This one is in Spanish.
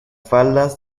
faldas